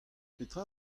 petra